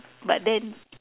but then